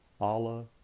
Allah